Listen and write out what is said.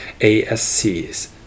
ASCs